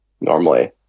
normally